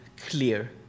clear